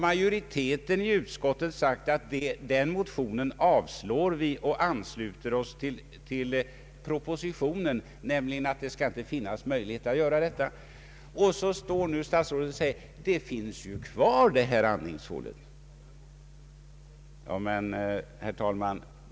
Utskottets majoritet har avstyrkt motionen och anslutit sig till propositionens förslag. Och nu står statsrådet och säger att det här andningshålet finns kvar. Herr talman!